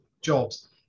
jobs